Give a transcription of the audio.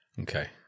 Okay